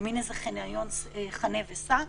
במין חניון חנה וסע.